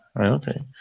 Okay